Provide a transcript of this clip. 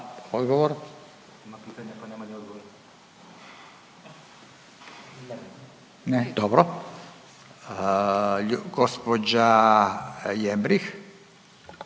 Gospođa Jembrih.